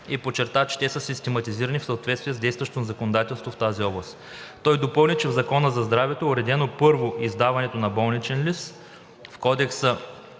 и подчерта, че те са систематизирани в съответствие с действащото законодателство в тази област. Той допълни, че в Закона за здравето е уредено първо издаването на болничен лист, в Кодекса